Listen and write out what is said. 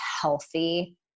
healthy